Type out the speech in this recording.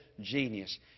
genius